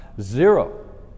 zero